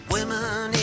Women